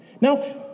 Now